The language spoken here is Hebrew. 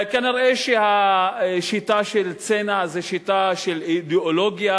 כנראה שהשיטה של צנע זאת שיטה של אידיאולוגיה,